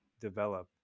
develop